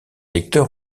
lecteurs